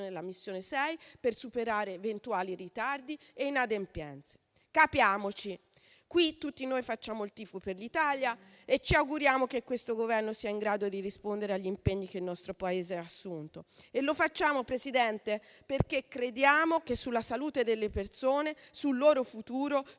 della Missione 6 per superare eventuali ritardi e inadempienze. Capiamoci: qui tutti noi facciamo il tifo per l'Italia e ci auguriamo che il Governo sia in grado di rispondere agli impegni che il nostro Paese ha assunto. E lo facciamo, signor Presidente, perché crediamo che sulla salute delle persone, sul loro futuro